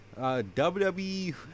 WWE